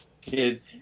kid